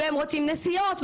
והם רוצים נסיעות,